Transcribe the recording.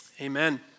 Amen